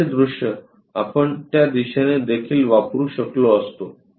समोरचे दृश्य आपण त्या दिशेने देखील वापरु शकलो असतो